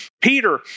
Peter